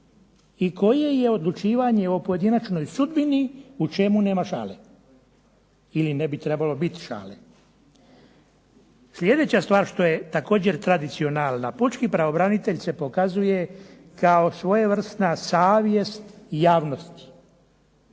i koje je odlučivanje o pojedinačnoj sudbini u čemu nema šale ili ne bi trebalo biti šale. Sljedeća stvar što je također tradicionalna. Pučki pravobranitelj se pokazuje kao svojevrsna savjest javnosti.